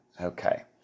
Okay